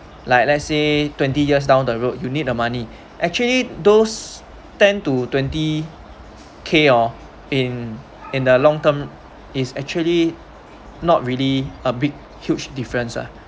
like let's say twenty years down the road you need the money actually those ten to twenty K oh in in the long term is actually not really a big huge difference ah